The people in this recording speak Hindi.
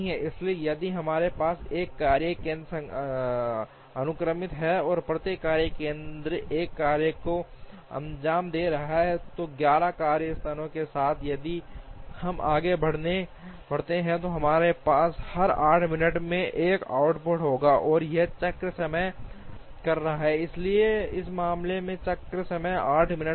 इसलिए यदि हमारे पास एक कार्य केंद्र अनुक्रमिक है और प्रत्येक कार्य केंद्र एक कार्य को अंजाम दे रहा है तो 11 कार्यस्थानों के साथ यदि हम आगे बढ़ते हैं तो हमारे पास हर 8 मिनट में एक आउटपुट होगा और वह चक्र समय कह रहा है इसलिए इस मामले में चक्र समय 8 मिनट का होगा